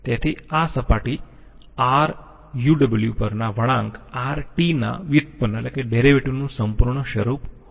તેથી આ સપાટી Ru w પરના વળાંક R ના વ્યુત્પન્નનું સંપૂર્ણ સ્વરૂપ હોય છે